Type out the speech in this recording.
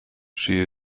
she